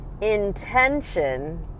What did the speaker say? intention